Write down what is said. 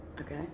Okay